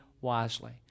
wisely